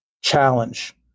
challenge